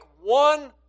one